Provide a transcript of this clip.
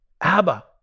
Abba